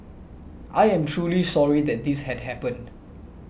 I am truly sorry that this had happened